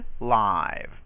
live